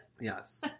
Yes